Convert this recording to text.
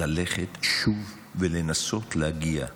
ללכת שוב ולנסות להגיע להסכמות,